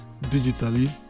digitally